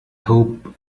hope